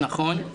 נכון.